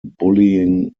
bullying